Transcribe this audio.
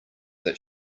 that